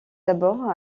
d’abord